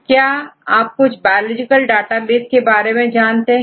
क्या आप कुछ बायो लॉजिकल डेटाबेस के बारे में जानते हैं